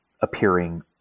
appearing